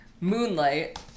moonlight